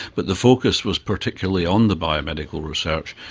but the focus was particularly on the biomedical research.